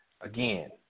Again